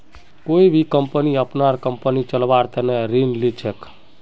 कोई भी कम्पनी अपनार कम्पनी चलव्वार तने ऋण ली छेक